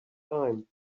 time